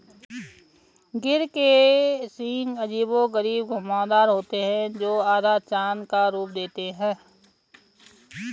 गिर के सींग अजीबोगरीब घुमावदार होते हैं, जो आधा चाँद का रूप देते हैं